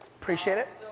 preciate it.